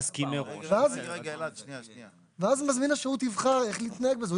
ואז מזמין השירות יבחר איך להתנהג בזה.